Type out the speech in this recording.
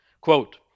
Quote